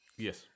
yes